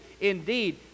Indeed